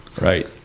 Right